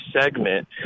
segment